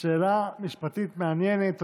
שאלה משפטית מעניינת.